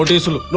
um tussle